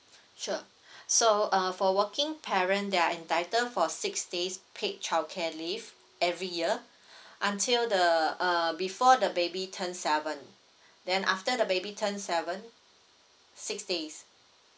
sure so uh for working parent they are entitled for six days paid childcare leave every year until the uh before the baby turn seven then after the baby turn seven six days